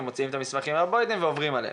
מוציאים את המסמכים מהבוידם ועוברים עליהם.